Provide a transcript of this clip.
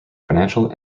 financial